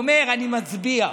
והוא אומר: אני מצביע,